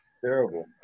Terrible